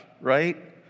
right